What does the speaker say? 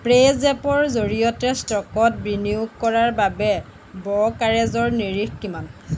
পে'জেপৰ জৰিয়তে ষ্টকত বিনিয়োগ কৰাৰ বাবে ব্ৰ'কাৰেজৰ নিৰিখ কিমান